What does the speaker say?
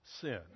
sin